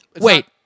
Wait